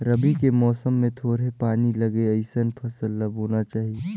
रबी के समय मे थोरहें पानी लगे अइसन फसल ल बोना चाही